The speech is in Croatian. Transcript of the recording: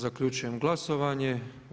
Zaključujem glasovanje.